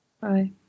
Bye